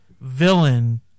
villain